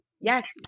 yes